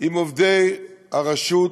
עם עובדי הרשות,